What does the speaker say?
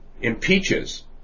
impeaches